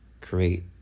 create